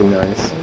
nice